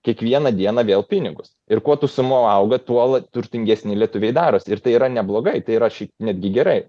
kiekvieną dieną vėl pinigus ir kuo ta suma auga tuo turtingesni lietuviai darosi ir tai yra neblogai tai yra ši netgi gerai